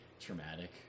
traumatic